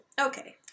Okay